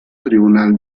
tribunal